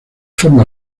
forma